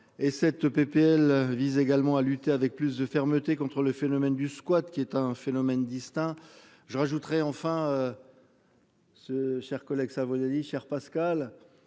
et cette PPL vise également à lutter avec plus de fermeté contre le phénomène du squat qui est un phénomène distinct je rajouterai enfin. Ce cher collègue ça vaut chère Pascale